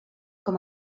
com